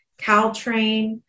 Caltrain